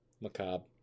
Macabre